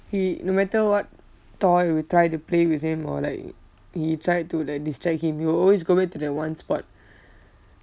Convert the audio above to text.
he no matter what toy we try to play with him or like we tried to like distract him he will always go back to that one spot